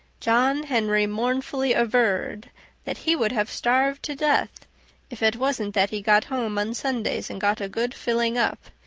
john henry mournfully averred that he would have starved to death if it wasn't that he got home on sundays and got a good filling up,